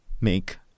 make